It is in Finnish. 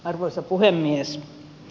arvoisa puhemies